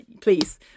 please